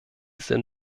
sinn